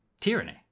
tyranny